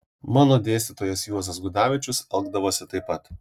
mano dėstytojas juozas gudavičius elgdavosi taip pat